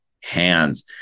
hands